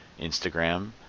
instagram